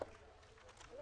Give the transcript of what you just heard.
הראשון,